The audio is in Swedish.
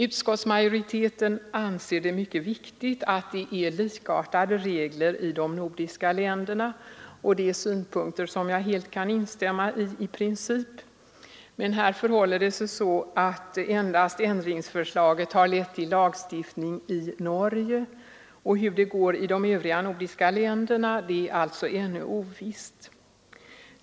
Utskottsmajoriteten anser det mycket viktigt att det är likartade regler i de nordiska länderna, och det är synpunkter som jag i princip kan helt instämma i, men här förhåller det sig så att ändringsförslaget har lett till lagstiftning endast i Norge. Hur det går i de övriga nordiska länderna är alltså ännu ovisst.